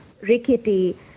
rickety